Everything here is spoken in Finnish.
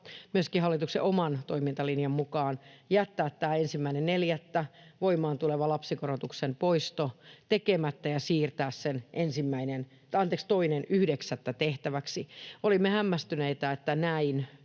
myöskin hallituksen oman toimintalinjan mukaan jättää tämä 1.4. voimaan tuleva lapsikorotuksen poisto tekemättä ja siirtää se tehtäväksi 2.9. Olimme hämmästyneitä, että näin